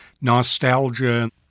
Nostalgia